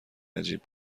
عجیب